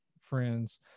friends